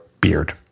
beard